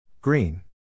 Green